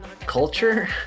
culture